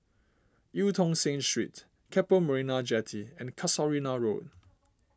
Eu Tong Sen Street Keppel Marina Jetty and Casuarina Road